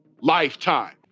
lifetime